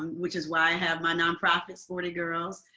um which is why i have my nonprofit, sporty girls,